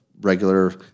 regular